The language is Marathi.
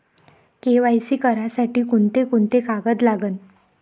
के.वाय.सी करासाठी कोंते कोंते कागद लागन?